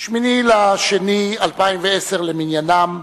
8 בפברואר 2010 למניינם.